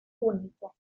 único